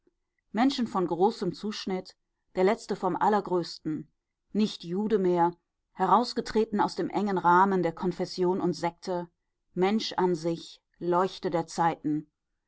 menschen von großem zuschnitt der letzte vom allergrößten nicht jude mehr herausgetreten aus dem engen rahmen der konfession und sekte mensch an sich leuchte der zeiten